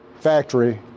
factory